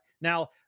Now